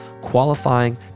qualifying